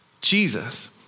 Jesus